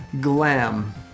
Glam